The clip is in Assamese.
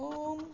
ওম